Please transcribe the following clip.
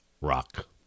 rock